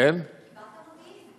קיבלת מודיעין.